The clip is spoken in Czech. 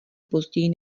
později